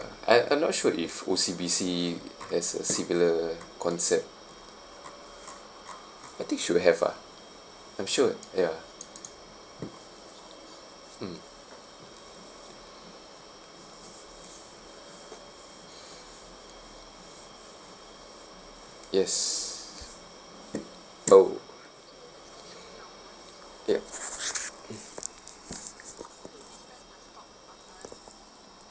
I I'm not sure if O_C_B_C has a similar concept I think should have ah I'm sure ya mm yes oh yep